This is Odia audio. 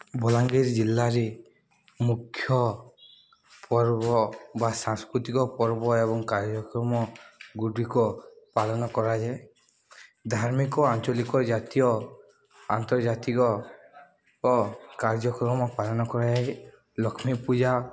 ବଲାଙ୍ଗୀର ଜିଲ୍ଲାରେ ମୁଖ୍ୟ ପର୍ବ ବା ସାଂସ୍କୃତିକ ପର୍ବ ଏବଂ କାର୍ଯ୍ୟକ୍ରମଗୁଡ଼ିକ ପାଳନ କରାଯାଏ ଧାର୍ମିକ ଆଞ୍ଚଳିକ ଜାତୀୟ ଆନ୍ତର୍ଜାତିକ କାର୍ଯ୍ୟକ୍ରମ ପାଳନ କରାଯାଏ ଲକ୍ଷ୍ମୀ ପୂଜା